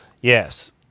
Yes